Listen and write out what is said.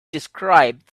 described